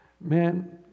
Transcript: man